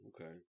Okay